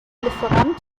lieferant